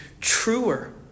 truer